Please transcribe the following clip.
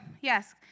yes